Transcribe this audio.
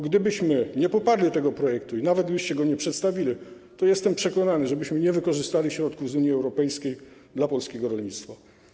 Gdybyśmy nie poparli tego projektu i gdybyście go nie przedstawili, to jestem przekonany, że nie wykorzystalibyśmy środków z Unii Europejskiej dla polskiego rolnictwa.